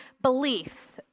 beliefs